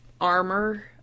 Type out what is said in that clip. armor